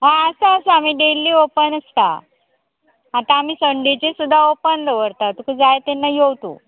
हय आसा आसा आमी डेली ओपन आसता आतां आमी संडेचेर सुद्दां ओपन दवरता तुका जाय तेन्ना यो तूं